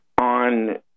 on